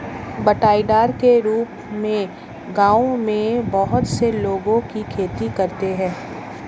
बँटाईदार के रूप में गाँवों में बहुत से लोगों की खेती करते हैं